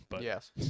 Yes